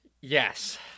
Yes